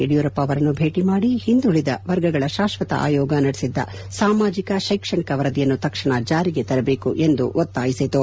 ಯಡಿಯೂರಪ್ಪ ಅವರನ್ನು ಭೇಟ ಮಾಡಿ ಹಿಂದುಳದ ವರ್ಗಗಳ ಶಾಶ್ವತ ಆಯೋಗ ನಡೆಸಿದ್ದ ಸಾಮಾಜಕ ಶೈಕ್ಷಣಿಕ ವರದಿಯನ್ನು ತಕ್ಷಣ ಜಾರಿಗೆ ತರಬೇಕು ಎಂದು ಒತ್ತಾಯಿಸಿತು